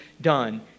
done